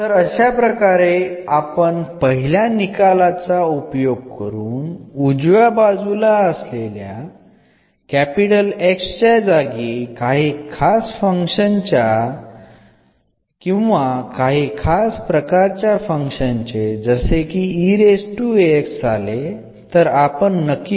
ഈ റിസൾട്ട് കൊണ്ട് നമുക്ക് വലതുവശത്തെ എന്നത് എന്ന ഫംഗ്ഷൻ ആയിരിക്കുമ്പോൾ ഉള്ള പ്രത്യേക ഫോമിന്റെ ആദ്യ ഫലം നേടാനാകും